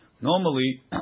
Normally